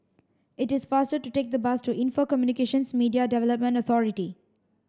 it is faster to take the bus to Info Communications Media Development Authority